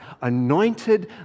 Anointed